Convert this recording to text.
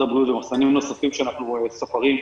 הבריאות ומחסנים נוספים שאנחנו שוכרים,